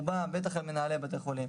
בטח על מנהלי בתי חולים,